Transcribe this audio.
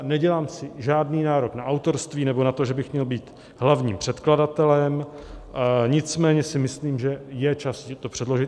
Nedělám si žádný nárok na autorství nebo na to, že bych měl být hlavním předkladatelem, nicméně si myslím, že je čas ji předložit.